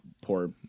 poor